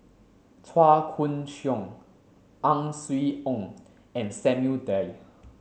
Chua Koon Siong Ang Swee Aun and Samuel Dyer